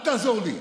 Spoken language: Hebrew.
אל תעזור לי.